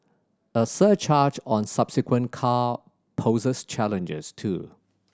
a surcharge on subsequent car poses challenges too